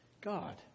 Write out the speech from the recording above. God